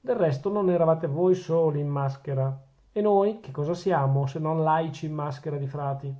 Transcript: del resto non eravate voi soli in maschera e noi che cosa siamo se non laici in maschera di frati